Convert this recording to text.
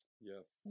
yes